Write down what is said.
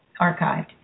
archived